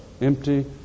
empty